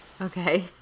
Okay